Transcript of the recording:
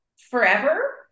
forever